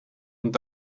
und